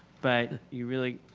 but you really,